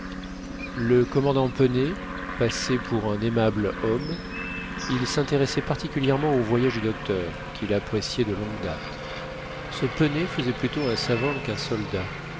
le commandant pennet passait pour un aimable homme il s'intéressait particulièrement au voyage du docteur qu'il appréciait de longue date ce pennet faisait plutôt un savant qu'un soldat